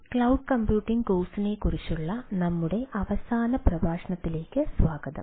cloud computing കോഴ്സിനെക്കുറിച്ചുള്ള നമ്മുടെ അവസാന പ്രഭാഷണത്തിലേക്ക് സ്വാഗതം